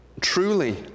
Truly